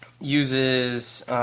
uses